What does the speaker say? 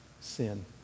sin